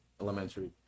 elementary